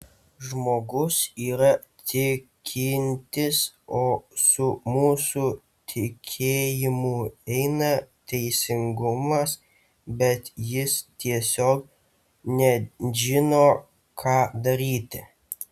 žmogus yra tikintis o su mūsų tikėjimu eina teisingumas bet jis tiesiog nežino ką daryti